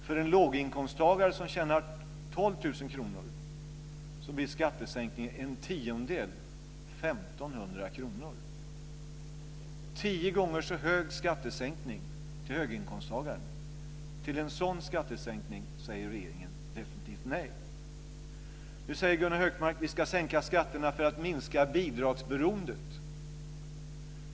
För en låginkomsttagare som tjänar 12 000 kr blir skattesänkningen en tiondel, 1 500 kr. Det är tio gånger så hög skattesänkning till höginkomsttagaren. Till en sådan skattesänkning säger regeringen definitivt nej. Nu säger Gunnar Hökmark: Vi ska sänka skatterna för att minska bidragsberoendet.